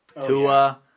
Tua